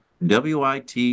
WIT